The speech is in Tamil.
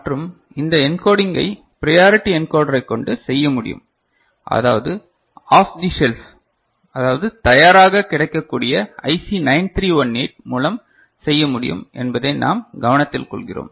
மற்றும் இந்த என்கோடிங்கை பிரியாரிட்டி என்கோடரை கொண்டு செய்ய முடியும் அதுவும் ஆப் தி செல்ப் அதாவது தயாராக கிடைக்கக்கூடிய ஐசி 9318 மூலம் செய்ய முடியும் என்பதை நாம் கவனத்தில் கொள்கிறோம்